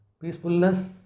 peacefulness